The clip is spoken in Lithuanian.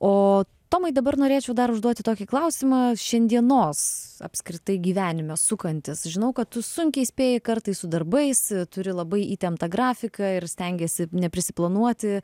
o tomai dabar norėčiau dar užduoti tokį klausimą šiandienos apskritai gyvenime sukantis žinau kad tu sunkiai spėji kartais su darbais turi labai įtemptą grafiką ir stengiesi neprisiplanuoti